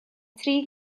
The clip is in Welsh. tri